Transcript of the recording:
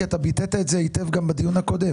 כי אתה ביטאת את זה היטב גם בדיון הקודם.